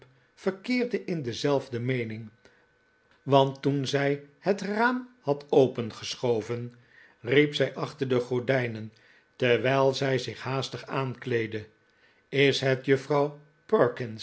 verkeerde in dezelfde meening want toen zij het raam had opgeschoven riep zij achter de gordijnen terwijl zij zich haastig aankleedde is het juffrouw